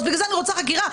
בגלל זה אני רוצה חקירה,